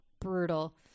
Brutal